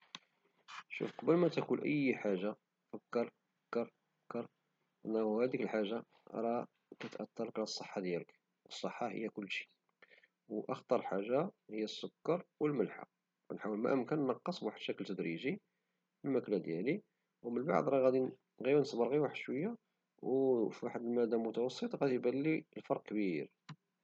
شوف قبل متاكل أي حاجة فكر فكر بلي هديك الحاجة را كتأثرلك على الصحة ديالك والصحة هي كلشي، وأخطر حاجة هي السكر والملحة، فنحاول ما أمكن نقص بواحد الشكل تدريجي في المكلة ديالي ومن بعد راه غادي يولي ، غير نصبر واحد الشوية وغير في المدى المتوسط غيبالي الفرق كبير.